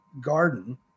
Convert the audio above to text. garden